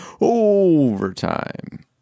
overtime